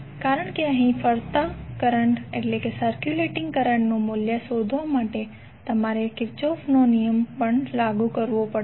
કારણ કે અહીં ફરતા કરંટનું મૂલ્ય શોધવા માટે તમારે કિર્ચોફનો નિયમ પણ લાગુ કરવો પડશે